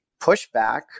pushback